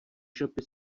shopy